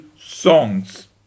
songs